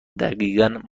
دقیقا